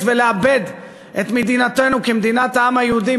ולאבד את מדינתנו כמדינת העם היהודי,